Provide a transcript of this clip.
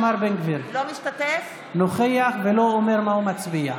אינו משתתף בהצבעה נוכח ולא אומר מה הוא מצביע.